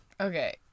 Okay